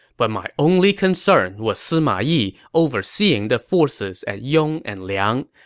but my only concern was sima yi overseeing the forces at yong and liang.